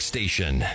Station